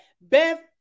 Beth